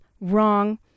wrong